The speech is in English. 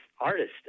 artist